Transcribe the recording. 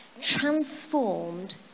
transformed